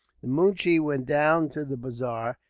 the moonshee went down to the bazaar,